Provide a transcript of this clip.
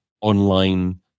online